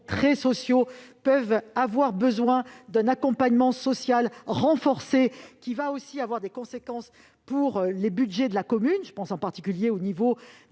très sociaux peuvent avoir besoin d'un accompagnement social renforcé, lequel aura des conséquences pour le budget de la commune, en particulier au niveau